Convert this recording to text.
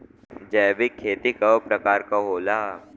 जैविक खेती कव प्रकार के होला?